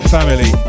Family